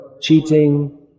cheating